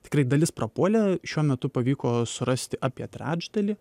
tikrai dalis prapuolė šiuo metu pavyko surasti apie trečdalį